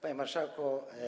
Panie Marszałku!